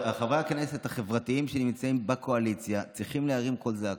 חברי הכנסת החברתיים שנמצאים בקואליציה צריכים להרים קול זעקה.